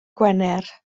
gwener